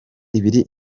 ibiri